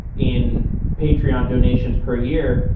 in patreon donations per year,